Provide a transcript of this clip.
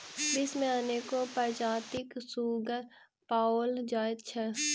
विश्व मे अनेको प्रजातिक सुग्गर पाओल जाइत छै